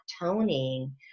toning